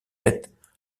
têtes